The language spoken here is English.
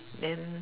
then